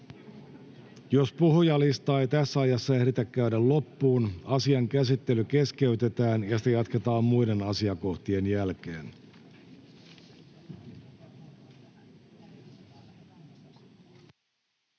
Jos puhujalistaa ei tässä ajassa ehditä käydä loppuun, asian käsittely keskeytetään ja sitä jatketaan muiden asiakohtien jälkeen.